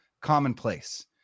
commonplace